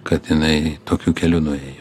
kad jinai tokiu keliu nuėjo